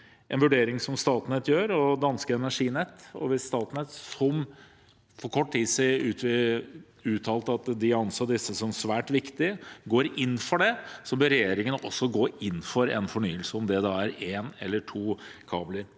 en vurdering som Statnett og danske Energinet gjør. Hvis Statnett, som for kort tid siden uttalte at de anser disse som svært viktige, går inn for det, bør regjeringen også gå inn for en fornyelse, om det da gjelder en eller to kabler.